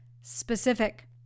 specific